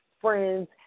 friends